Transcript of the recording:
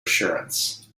assurance